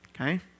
Okay